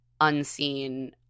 unseen